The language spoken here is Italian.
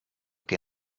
che